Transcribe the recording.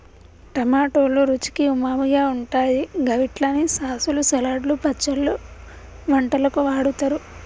టమాటోలు రుచికి ఉమామిగా ఉంటాయి గవిట్లని సాసులు, సలాడ్లు, పచ్చళ్లు, వంటలకు వాడుతరు